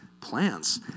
plants